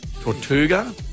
Tortuga